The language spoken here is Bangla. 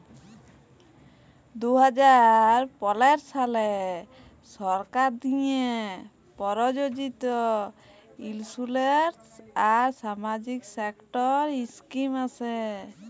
দু হাজার পলের সালে সরকার দিঁয়ে পরযোজিত ইলসুরেলস আর সামাজিক সেক্টর ইস্কিম আসে